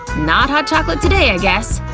not hot chocolate today, i guess.